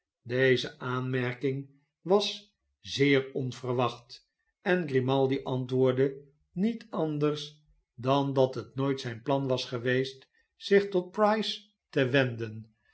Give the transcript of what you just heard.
deze aanmerking was zeer onverwacht en grimaldi antwoordde niet anders dan dat het nooit zijn plan was geweest zich tot price te jozep geimaldi wenden